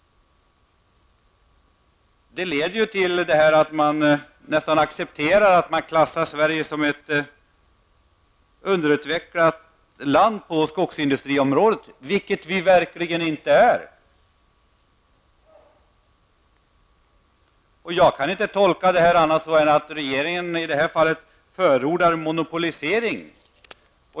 Det leder till att man nästan accepterar att Sverige klassas som ett underutvecklat land på skogsindustrins område, vilket vi verkligen inte är. Jag kan inte tolka det här på annat sätt än att regeringen i det här fallet förordar monopolisering.